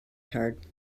card